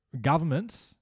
government